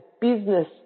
business